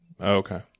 Okay